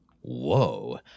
Whoa